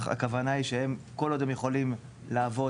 הכוונה היא שהם כל עוד הם יכולים לעבוד